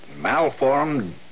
malformed